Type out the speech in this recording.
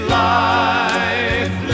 life